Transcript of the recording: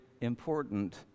important